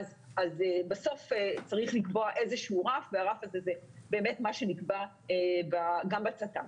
בסוף צריך לקבוע איזשהו רף והרף הזה הוא באמת מה שנקבע גם בצט"ם.